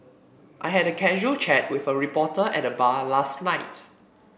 I had a casual chat with a reporter at the bar last night